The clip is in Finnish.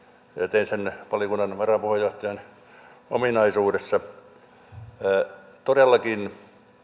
teen sen valiokunnan varapuheenjohtajan ominaisuudessa todellakin